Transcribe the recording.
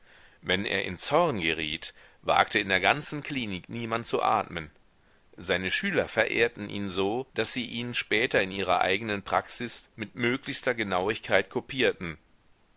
wenn er in zorn geriet wagte in der ganzen klinik niemand zu atmen seine schüler verehrten ihn so daß sie ihn später in ihrer eigenen praxis mit möglichster genauigkeit kopierten